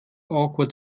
awkward